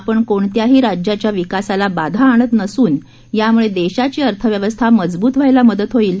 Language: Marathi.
आपण कोणत्याही राज्याच्या विकासाला बाधा आणत नसुन यामुळे देशाची अर्थव्यस्था मजबृत व्हायला मदत होईल